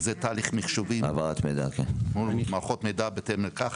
זהו תהליך מחשובי, מול מערכות המידע בבתי המרקחת.